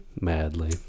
madly